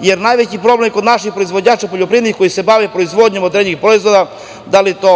Jer, najveći problem kod naših poljoprivrednih proizvođača koji se bave proizvodnjom određenih proizvoda, da li je to